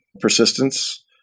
persistence